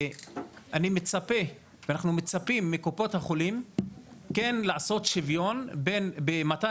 אני מצפה ואנחנו מצפים מקופות החולים כן לעשות שוויון במתן